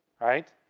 right